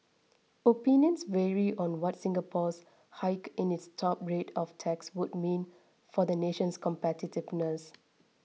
opinions vary on what Singapore's hike in its top rate of tax would mean for the nation's competitiveness